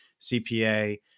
CPA